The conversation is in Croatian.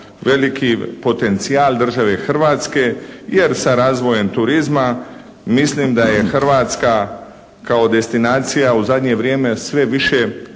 veliki potencijal države Hrvatske jer sa razvojem turizma mislim da je Hrvatska kao destinacija u zadnje vrijeme sve više